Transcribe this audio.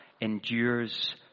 endures